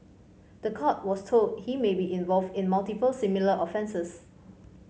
the court was told he may be involved in multiple similar offences